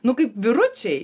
nu kaip vyručiai